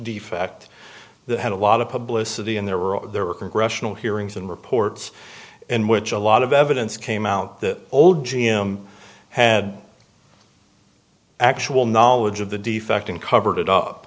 defect that had a lot of publicity and there were there were congressional hearings and reports in which a lot of evidence came out that old g m had actual knowledge of the defect and covered it up